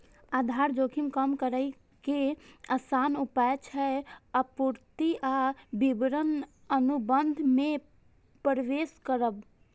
आधार जोखिम कम करै के आसान उपाय छै आपूर्ति आ विपणन अनुबंध मे प्रवेश करब